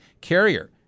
Carrier